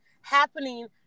happening